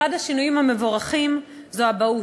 אחד השינויים המבורכים הוא באבהות,